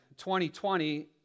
2020